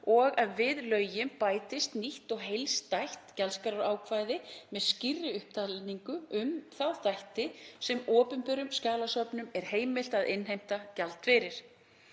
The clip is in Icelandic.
og að við lögin bætist nýtt og heildstætt gjaldskrárákvæði með skýrri upptalningu um þá þætti sem opinberum skjalasöfnum er heimilt að innheimta gjald fyrir.